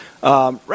Right